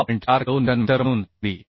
4 kilo newton metre म्हणून Md